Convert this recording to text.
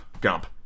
gump